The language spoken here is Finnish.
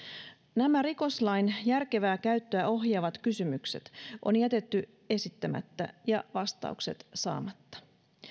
nämä rikoslain järkevää käyttöä ohjaavat kysymykset on jätetty esittämättä ja vastaukset saamatta